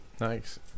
nice